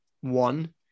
one